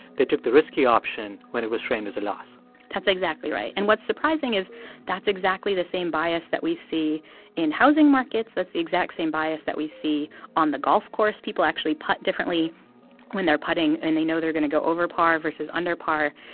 they took the risky option when it was framed as a loss that's exactly right. and what's surprising is that's exactly the same bias that we see in housing markets. that's the exact same bias that we see on the golf course. people actually putt differently when they're putting, and they know they're going to go over par versus under par.